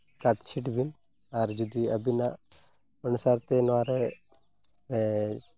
ᱠᱟᱴᱪᱷᱤᱴ ᱵᱤᱱ ᱟᱨ ᱡᱩᱫᱤ ᱟᱹᱵᱤᱱᱟᱜ ᱚᱱᱟ ᱥᱟᱶᱛᱮ ᱱᱚᱣᱟᱨᱮ